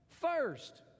first